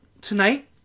Tonight